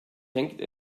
hängt